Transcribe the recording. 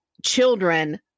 Children